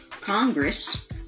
Congress